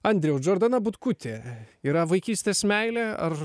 andriau džordana butkutė yra vaikystės meilė ar